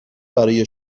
برای